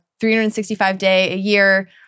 365-day-a-year